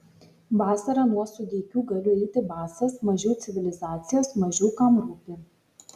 vasarą nuo sudeikių galiu eiti basas mažiau civilizacijos mažiau kam rūpi